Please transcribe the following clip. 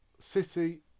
City